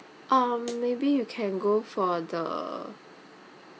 um maybe you can go for the